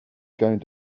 going